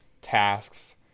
tasks